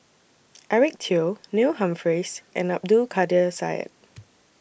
Eric Teo Neil Humphreys and Abdul Kadir Syed